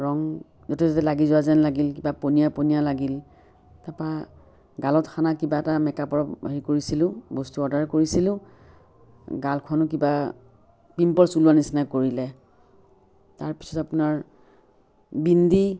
ৰং য'তে ত'তে লাগি যোৱা যেন লাগিল কিবা পনীয়া পনীয়া লাগিল তাৰপৰা গালত সনা কিবা এটা মেক আপৰ হেৰি কৰিছিলোঁ বস্তু অৰ্ডাৰ কৰিছিলোঁ গালখনো কিবা পিম্পলছ ওলোৱাৰ নিচিনা কৰিলে তাৰপিছত আপোনাৰ বিন্দি